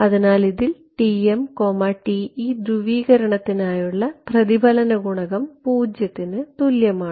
അതിനാൽ ഇതിൽ TM TE ധ്രുവീകരണത്തിനായുള്ള പ്രതിഫലന ഗുണകം 0 ന് തുല്യമാണ്